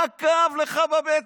מה כאב לך בבטן?